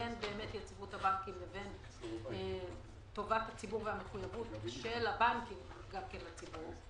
בין יציבות הבנקים לבין טובת הציבור והמחויבות של הבנקים לציבור,